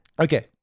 Okay